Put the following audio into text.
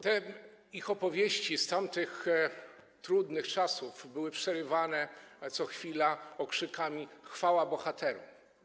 Te ich opowieści z tamtych trudnych czasów były przerywane co chwila okrzykiem: chwała bohaterom!